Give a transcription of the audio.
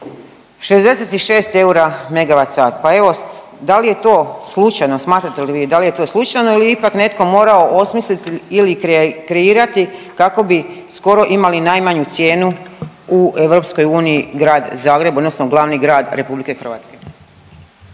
megavat sat. Pa evo, da li je to slučajno? Smatrate li vi da li je to slučajno ili ipak je netko morao osmisliti ili kreirati kako bi skoro imali najmanju cijenu u Europskoj uniji Grad Zagreb odnosno glavni grad Republike Hrvatske?